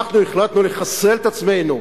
אנחנו החלטנו לחסל את עצמנו?